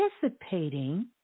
participating